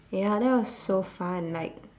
ya that was so fun like